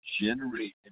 generate